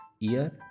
ear